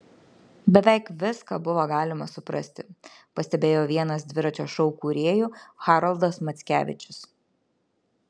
beveik viską buvo galima suprasti pastebėjo vienas dviračio šou kūrėjų haroldas mackevičius